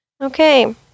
Okay